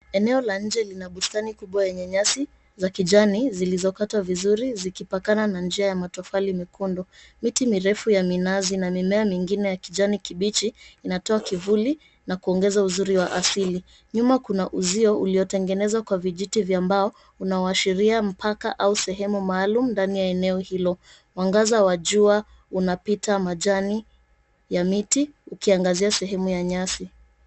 Eneo la inje lina bustani kubwa yenye nyasi za kijani zilizokatwa vizuri zikipakana na njia ya matofali mekundu. Miti mirefu ya minazi na mimea mingine ya kijani kibichi inatoa kivuli na kuongeza uzuri wa asili nyuma kuna uzio uliotengenezwa kwa vijiti vya mbao unaoashiria mpaka au sehemu maalum ndani ya eneo hilo mwangaza wa jua unapita majani ya miti ukiangazia sehemu ya nyasi.